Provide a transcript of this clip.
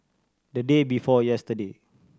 the day before yesterday